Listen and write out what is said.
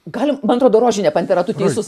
galim man atrodo rožinė pantera tu teisus